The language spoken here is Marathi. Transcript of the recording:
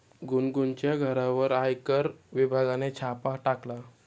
गुनगुनच्या घरावर आयकर विभागाने छापा टाकला